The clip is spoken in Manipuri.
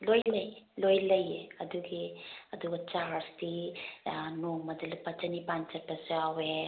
ꯂꯣꯏ ꯂꯩ ꯂꯣꯏ ꯂꯩꯌꯦ ꯑꯗꯨꯒꯤ ꯑꯗꯨꯒ ꯆꯥꯔꯖꯇꯤ ꯑꯥ ꯅꯣꯡꯃꯗ ꯂꯨꯄꯥ ꯆꯥꯅꯤꯄꯥꯜ ꯆꯠꯄꯁꯨ ꯌꯥꯎꯋꯦ